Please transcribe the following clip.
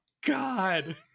god